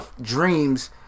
dreams